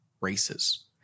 races